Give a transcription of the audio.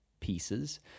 pieces